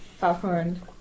popcorn